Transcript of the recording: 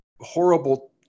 horrible